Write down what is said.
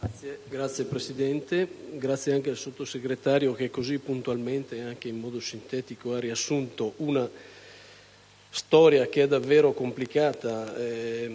Signora Presidente, ringrazio il Sottosegretario, che così puntualmente e in modo sintetico ha riassunto una storia che è davvero complicata.